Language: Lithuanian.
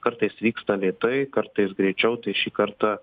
kartais vyksta lėtai kartais greičiau tai šį kartą